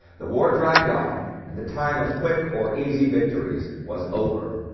the war dragged on and the time of quick or easy victories was over.